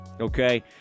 okay